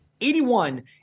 81